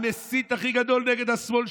המסית הכי גדול נגד השמאל,